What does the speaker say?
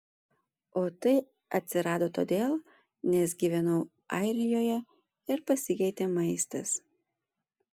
o tai atsirado todėl nes gyvenau airijoje ir pasikeitė maistas